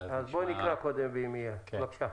אז נקריא קודם, בבקשה.